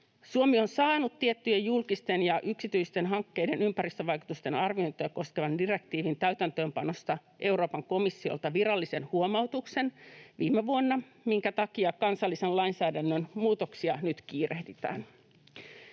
Suomi on saanut tiettyjen julkisten ja yksityisten hankkeiden ympäristövaikutusten arviointia koskevan direktiivin täytäntöönpanosta Euroopan komissiolta virallisen huomautuksen viime vuonna, minkä takia kansallisen lainsäädännön muutoksia nyt kiirehditään.